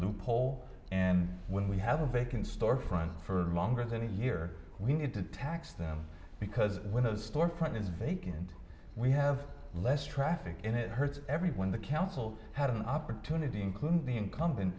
poll and when we have a vacant store front for longer than a year we need to tax them because when those storefront is vacant we have less traffic and it hurts everyone the council had an opportunity including the incumbent